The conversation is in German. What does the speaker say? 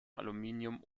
aluminium